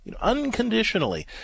unconditionally